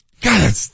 God